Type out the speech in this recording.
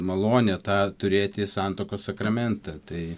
malonė ta turėti santuokos sakramentą tai